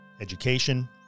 education